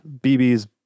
bb's